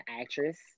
actress